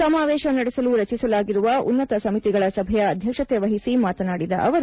ಸಮಾವೇಶ ನಡೆಸಲು ರಚಿಸಲಾಗಿರುವ ಉನ್ನತ ಸಮಿತಿಗಳ ಸಭೆಯ ಅಧ್ಯಕ್ಷತೆವಹಿಸಿ ಮಾತನಾಡಿದ ಅವರು